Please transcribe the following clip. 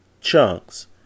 chunks